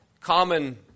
common